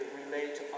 relate